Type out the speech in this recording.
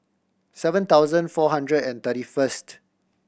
seven thousand four hundred and thirty first